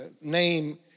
name